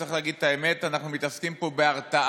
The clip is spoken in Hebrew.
צריך להגיד את האמת: אנחנו מתעסקים פה בהרתעה,